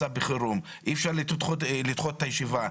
מצב חירום, אי אפשר לדחות את הישיבה,